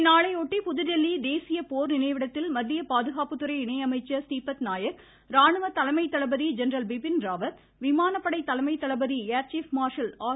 இந்நாளையொட்டி புதுதில்லி தேசிய போர் நினைவிடத்தில் மத்திய பாதுகாப்புத்துறை இணை அமைச்சர் ஸ்ரீபத்நாயக் ராணுவ தலைமை தளபதி ஜென்ரல் பிபின் ராவத் விமானப்படை தலைமை தளபதி ஏர் சீப் மார்ஷல் ஆர்